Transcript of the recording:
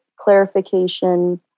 clarification